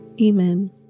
Amen